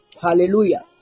hallelujah